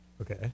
Okay